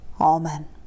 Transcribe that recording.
amen